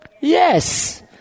Yes